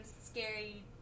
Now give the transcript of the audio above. scary